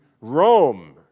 Rome